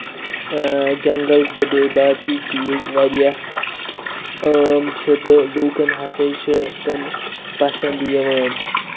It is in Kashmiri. اۭں جِنگل تہٕ بیٚیہِ باقٕے چیٖز واریاہ عام چھِ تہٕ لُکن ہسا چھِ تِم پَسنٛد یِوان